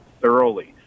thoroughly